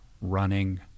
running